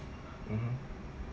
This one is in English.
mmhmm